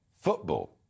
football